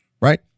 Right